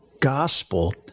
gospel